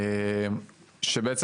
בעצם,